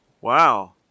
Wow